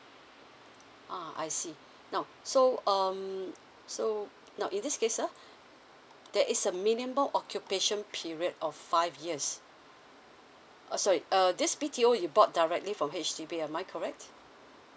ah I see now so um so now in this case ah there is a minimal occupation period of five years uh sorry err this B_T_O you bought directly from H_D_B am I correct